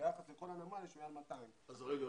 ביחס לכל הנמל יש מעל 200. אז רגע,